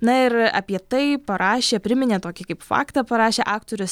na ir apie tai parašė priminė tokį kaip faktą parašė aktorius